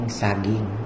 saging